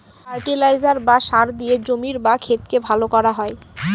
fertiliser বা সার দিয়ে জমির বা ক্ষেতকে ভালো করা হয়